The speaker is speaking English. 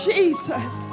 Jesus